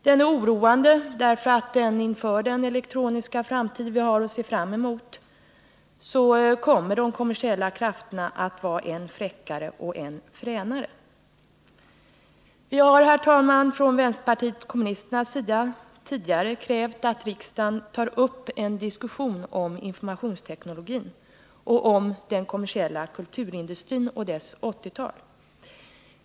Den är oroande därför att den visar att i den elektroniska framtid som vi har att se fram emot kommer de kommersiella krafterna att vara än fräckare och än fränare. Vi har, herr talman, från vänsterpartiet kommunisternas sida tidigare krävt att riksdagen tar upp en diskussion kring frågan om informationsteknologin och om den kommersiella kulturindustrin och dess utveckling på 1980-talet.